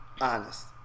honest